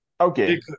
Okay